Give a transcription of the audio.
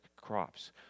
crops